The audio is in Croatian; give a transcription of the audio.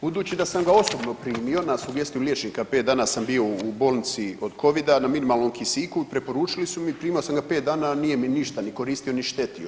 Budući da sam ga osobno primio na sugestiju liječnika, pet dana sam bio u bolnici od covida na minimalnom kisiku i preporučili su mi, primao sam ga pet dana, nije mi ništa ni koristio, ni štetio.